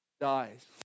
dies